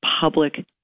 public